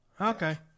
Okay